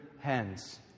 hands